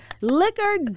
liquor